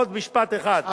עוד משפט אחד,